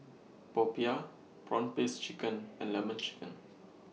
Popiah Prawn Paste Chicken and Lemon Chicken